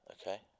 Okay